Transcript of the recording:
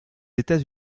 états